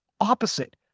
opposite